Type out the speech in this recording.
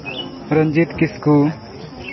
Ranjit Kisku